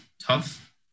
tough